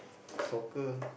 soccer